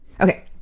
Okay